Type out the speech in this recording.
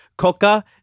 coca